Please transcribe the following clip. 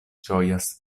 ĝojas